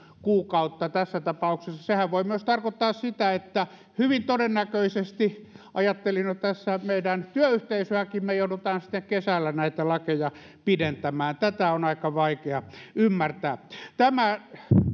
kuukautta tässä tapauksessa sehän voi myös tarkoittaa sitä että hyvin todennäköisesti ajattelin jo tässä meidän työyhteisöäkin me joudumme sitten kesällä näitä lakeja pidentämään tätä on aika vaikea ymmärtää tämä